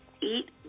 eat